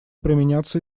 применяться